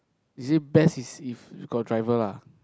is it best is if got driver lah